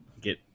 Get